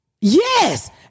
Yes